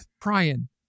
Brian